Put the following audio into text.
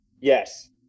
yes